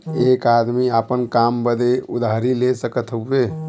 एक आदमी आपन काम बदे उधारी ले सकत हउवे